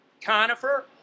Conifer